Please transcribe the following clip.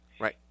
Right